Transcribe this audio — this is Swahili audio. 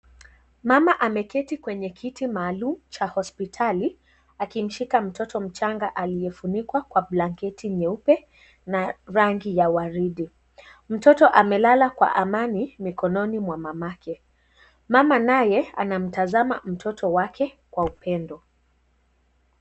Mama ameketi kwenye kiti maalum cha hospitali akimshika mtoto mchanga aliyefunikwa kwa blanketi nyeupe na rangi ya waridi, mtoto amelala kwa amani mikononi mwa mamake, mama naye anamtazama mtoto wake kwa upendo.